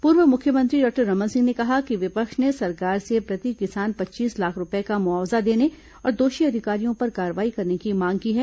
पूर्व मुख्यमंत्री डॉक्टर रमन सिंह ने कहा कि विपक्ष ने सरकार से प्रति किसान पच्चीस लाख रूपये का मुआवजा देने और दोषी अधिकारियों पर कार्रवाई करने की मांग की है